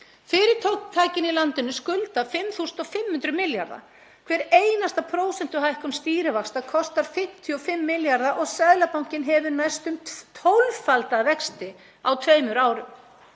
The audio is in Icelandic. Fyrirtækin í landinu skulda 5.500 milljarða. Hver einasta prósentuhækkun stýrivaxta kostar 55 milljarða og Seðlabankinn hefur næstum tólffaldað vexti á tveimur árum.